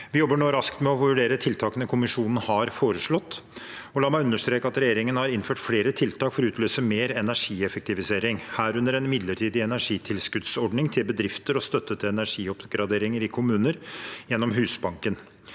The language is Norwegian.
Vi jobber nå raskt med å vurdere tiltakene kommisjonen har foreslått. La meg understreke at regjeringen har innført flere tiltak for å utløse mer energieffektivisering, herunder en midlertidig energitilskuddsordning til bedrifter og støtte til energioppgraderinger i kommuner gjennom Husbanken.